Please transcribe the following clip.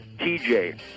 TJ